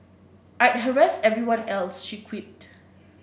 I'd harass everyone else she quipped